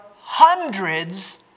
hundreds